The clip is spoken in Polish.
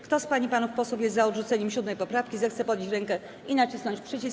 Kto z pań i panów posłów jest za odrzuceniem 7. poprawki, zechce podnieść rękę i nacisnąć przycisk.